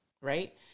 Right